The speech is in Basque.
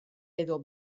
edo